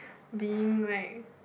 being like